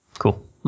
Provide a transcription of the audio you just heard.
Cool